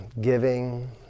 giving